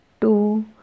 Two